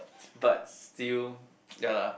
but still ya lah